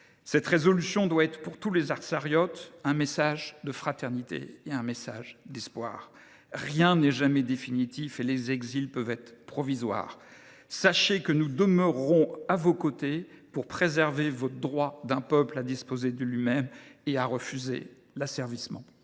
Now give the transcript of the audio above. Cette résolution doit être pour tous les Artsakhiotes un message de fraternité et d’espoir. Rien n’est jamais définitif, et les exils peuvent être provisoires. Sachez que nous demeurerons à vos côtés pour préserver votre droit, celui qu’a un peuple de disposer de lui même et de refuser l’asservissement